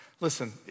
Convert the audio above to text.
Listen